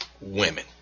Women